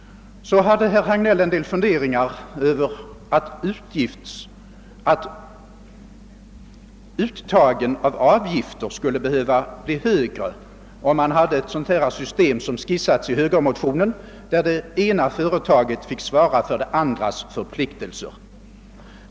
Så hade herr Hagnell en del funderingar om att uttaget av avgifter skulle behöva bli högre om man hade ett sådant system, som skissats i högermotionen och där det ena företaget får svara för det andras förpliktelser.